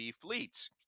fleets